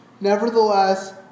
Nevertheless